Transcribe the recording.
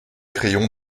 crayons